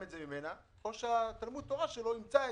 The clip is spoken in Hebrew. את זה מתקציבה או שתלמוד התורה שלו ימצא תקציב.